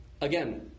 Again